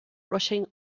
rushing